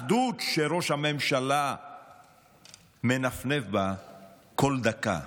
היכן האחדות שראש הממשלה מנפנף בה כל דקה?